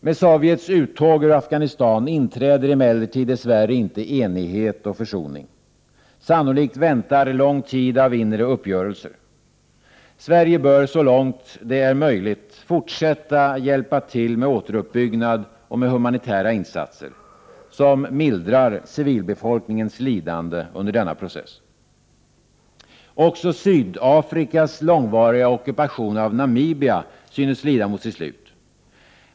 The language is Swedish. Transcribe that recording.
Med Sovjets uttåg ur Afghanistan inträder emellertid dess värre inte enighet och försoning. Sannolikt väntar lång tid av inre uppgörelser. Sverige bör så långt det är möjligt fortsätta hjälpa till med återuppbyggnad och med humanitära insatser, som mildrar civilbefolkningens lidande under denna process. Också Sydafrikas långvariga ockupation av Namibia synes lida mot sitt slut.